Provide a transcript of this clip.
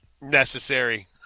necessary